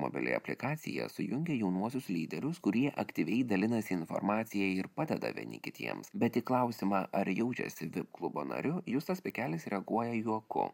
mobili aplikacija sujungia jaunuosius lyderius kurie aktyviai dalinasi informacija ir padeda vieni kitiems bet į klausimą ar jaučiasi vip klubo nariu justas pikelis reaguoja juoku